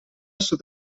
sud